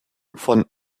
von